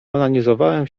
onanizowałam